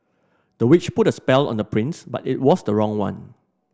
the witch put a spell on the prince but it was the wrong one